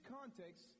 context